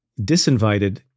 disinvited